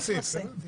להוסיף, הבנתי.